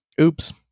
oops